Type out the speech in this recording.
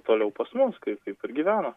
toliau pas mus kaip kaip ir gyveno